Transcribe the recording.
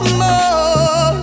more